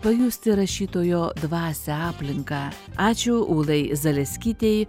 pajusti rašytojo dvasią aplinką ačiū ulai zaleskytei